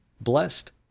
Blessed